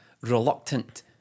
reluctant